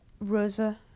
Rosa